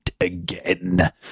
again